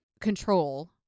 control